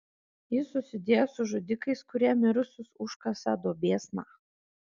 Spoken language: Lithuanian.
jis susidėjo su žudikais kurie mirusius užkasa duobėsna